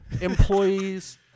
employees